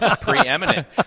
Preeminent